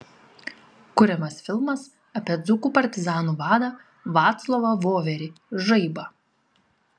kuriamas filmas apie dzūkų partizanų vadą vaclovą voverį žaibą